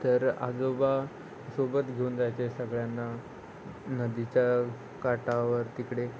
तर आजोबा सोबत घेऊन जायचे सगळ्यांना नदीच्या काठावर तिकडे